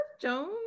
Jones